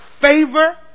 favor